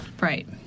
Right